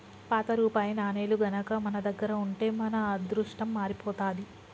పాత రూపాయి నాణేలు గనక మన దగ్గర ఉంటే మన అదృష్టం మారిపోతాది